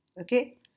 Okay